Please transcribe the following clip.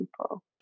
people